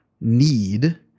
need